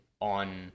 on